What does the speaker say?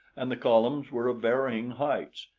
and the columns were of varying heights,